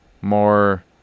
more